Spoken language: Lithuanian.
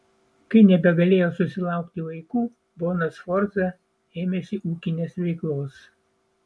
kai nebegalėjo susilaukti vaikų bona sforza ėmėsi ūkinės veiklos